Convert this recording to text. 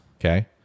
okay